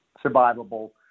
survivable